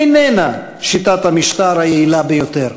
איננה שיטת המשטר היעילה ביותר.